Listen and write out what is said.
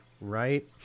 right